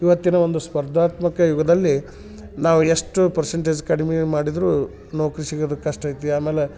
ಇವತ್ತಿನ ಒಂದು ಸ್ಪರ್ಧಾತ್ಮಕ ಯುಗದಲ್ಲಿ ನಾವು ಎಷ್ಟು ಪರ್ಸೆಂಟೇಜ್ ಕಡಿಮೆ ಮಾಡಿದರೂ ನೌಕರಿ ಸಿಗೋದು ಕಷ್ಟ ಐತಿ ಆಮೇಲೆ